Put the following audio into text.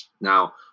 Now